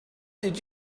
did